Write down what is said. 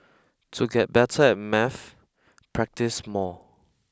to get better at maths practise more